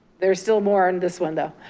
there's still more on this one though.